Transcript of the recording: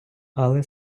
але